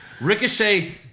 Ricochet